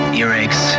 earaches